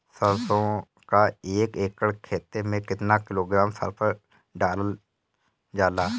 सरसों क एक एकड़ खेते में केतना किलोग्राम सल्फर डालल जाला?